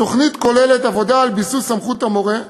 התוכנית כוללת עבודה על ביסוס סמכות המורה,